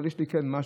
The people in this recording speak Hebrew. אבל יש לי כן משהו,